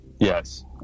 Yes